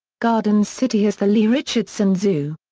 garden city has the lee richardson zoo.